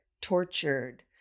tortured